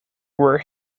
where